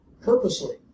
purposely